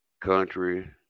country